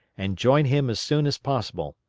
and join him as soon as possible.